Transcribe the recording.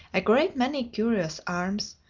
a great many curious arms,